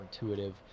intuitive